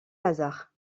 lazare